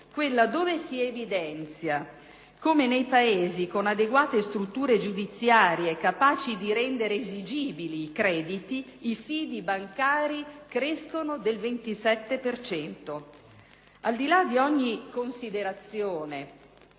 quella dove si evidenzia come nei Paesi con adeguate strutture giudiziarie capaci di rendere esigibili i crediti, i fidi bancari crescono del 27